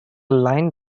line